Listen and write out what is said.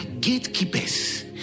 gatekeepers